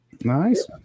Nice